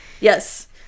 Yes